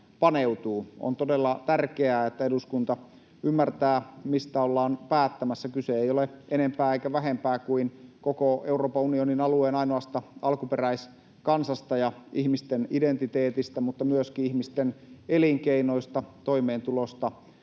On todella tärkeää, että eduskunta ymmärtää, mistä ollaan päättämässä. Kyse ei ole enempää eikä vähempää kuin koko Euroopan unionin alueen ainoasta alkuperäiskansasta ja ihmisten identiteetistä mutta myöskin ihmisten elinkeinoista ja toimeentulosta.